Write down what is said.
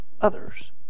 others